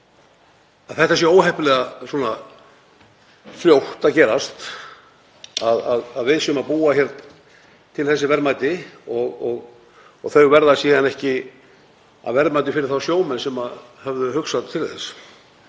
að það sé óheppilega fljótt að gerast að við séum að búa til þessi verðmæti og þau verða síðan ekki að verðmæti fyrir þá sjómenn sem höfðu hugsað til þess.